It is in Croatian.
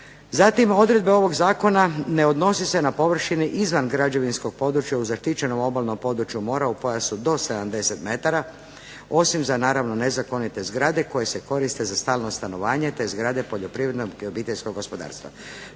Zatim odredbe ovog zakona ne odnose se na površine izvan građevinskog područja u zaštićenom obalnom području mora u pojasu do 70 metara, osim za naravno nezakonite zgrade koje se koriste za stalno stanovanje te zgrade poljoprivrednog i obiteljskog gospodarstva.